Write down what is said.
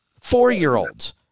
Four-year-olds